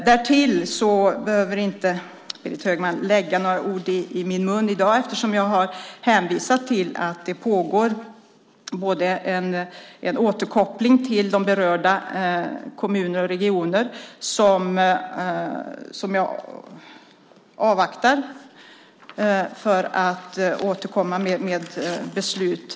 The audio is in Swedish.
Därtill behöver inte Berit Högman i dag lägga några ord i min mun. Jag har hänvisat till att det pågår en återkoppling till berörda kommuner och regioner. Jag avvaktar den för att återkomma med beslut.